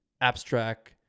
abstract